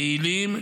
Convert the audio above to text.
יעילים,